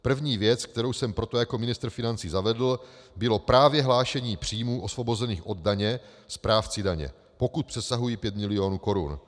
První věc, kterou jsem proto jako ministr financí zavedl, bylo právě hlášení příjmů osvobozených od daně správci daně, pokud přesahují pět milionů korun.